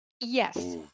yes